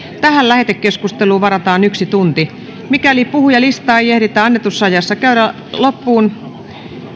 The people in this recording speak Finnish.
tähän lähetekeskusteluun varataan yksi tunti mikäli puhujalistaa ei ehditä annetussa ajassa käydä loppuun